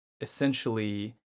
essentially